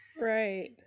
Right